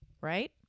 right